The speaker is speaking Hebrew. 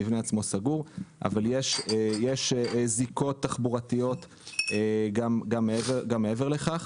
המבנה עצמו סגור אבל יש זיקות תחבורתיות גם מעבר לכך.